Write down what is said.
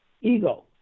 ego